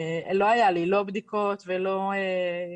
לא היו לי לא בדיקות ולא כלום,